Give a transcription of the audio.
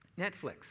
Netflix